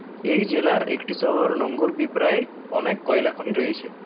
এই জেলার একটি শহর নোঙ্গলবিবরায় অনেক কয়লা খনি রয়েছে